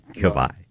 Goodbye